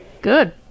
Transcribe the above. Good